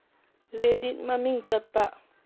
Reddit ꯃꯃꯤꯡ ꯆꯠꯄ